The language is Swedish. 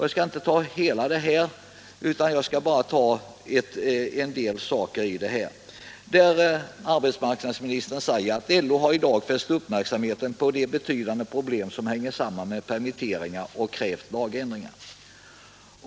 Jag skall inte läsa upp hela det uttalandet utan nöjer mig med några meningar. Arbetsmarknadsminis politiken Arbetsmarknadspolitiken 50 tern skriver bl.a.: ”LO har idag fäst uppmärksamheten på de betydande problem som hänger samman med permitteringar och krävt lagändringar.